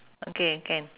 okay can